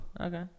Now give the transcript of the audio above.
Okay